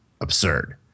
absurd